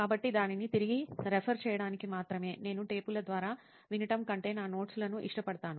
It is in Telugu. కాబట్టి దానిని తిరిగి రెఫర్ చేయటానికి మాత్రమే నేను టేపుల ద్వారా వినటం కంటే నా నోట్స్ లను ఇష్టపడతాను